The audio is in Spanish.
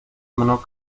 menor